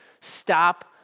Stop